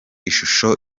ishusho